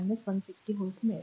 तर v 2 160 volt